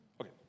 Okay